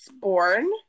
born